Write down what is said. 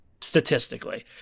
statistically